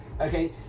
Okay